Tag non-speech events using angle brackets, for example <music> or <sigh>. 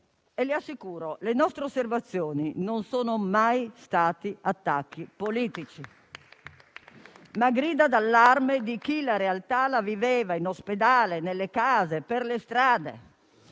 Le assicuro che le nostre osservazioni non sono mai state attacchi politici <applause> ma grida d'allarme di chi la realtà la viveva in ospedale, nelle case, per le strade.